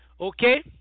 okay